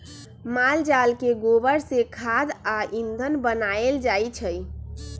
माल जाल के गोबर से खाद आ ईंधन बनायल जाइ छइ